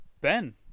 Ben